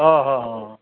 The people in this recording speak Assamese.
অঁ অঁ অঁ অঁ